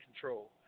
control